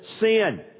sin